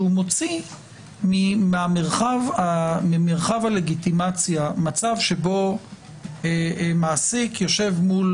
שהוא מוציא ממרחב הלגיטימציה מצב שבו מעסיק יושב מול